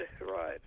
right